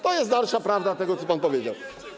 To jest dalsza prawda tego, co pan powiedział.